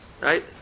Right